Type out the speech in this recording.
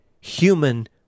human